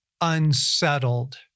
unsettled